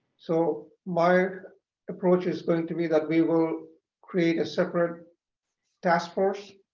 so my approach is going to be that we will create a separate task force